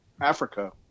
Africa